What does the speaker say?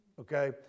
okay